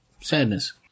sadness